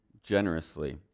generously